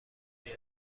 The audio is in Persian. خیلی